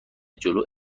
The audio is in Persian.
جلو